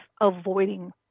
avoiding